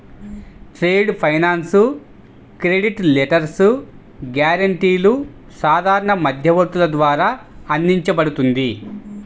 trade finance credit letters, గ్యారెంటీలు సాధారణ మధ్యవర్తుల ద్వారా అందించబడుతుంది